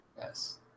yes